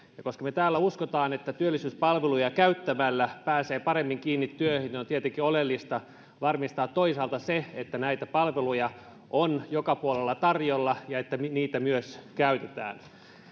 koska me täällä uskomme että työllisyyspalveluja käyttämällä pääsee paremmin kiinni työhön on tietenkin oleellista varmistaa se että näitä palveluja on joka puolella tarjolla ja että niitä myös käytetään